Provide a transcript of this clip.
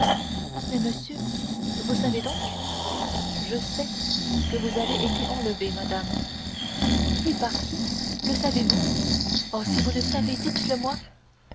mais monsieur vous savez donc je sais que vous avez été enlevée madame et par qui le savez-vous oh si vous le savez dites-le-moi par